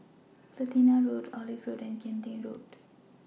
Platina Road Olive Road and Kian Teck Road